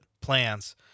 plans